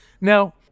Now